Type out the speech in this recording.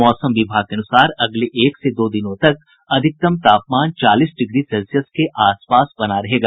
मौसम विभाग के अनुसार अगले एक से दो दिनों तक अधिकतम तापमान चालीस डिग्री सेल्सियस के आस पास बना रहेगा